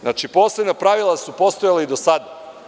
Znači, posebna pravila su postojala i do sada.